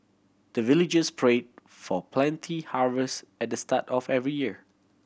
the villagers pray for plenty harvest at the start of every year